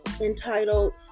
entitled